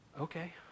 okay